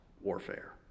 warfare